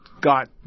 got